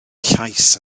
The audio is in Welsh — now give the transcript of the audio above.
llais